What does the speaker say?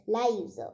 lives